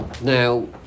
Now